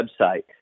website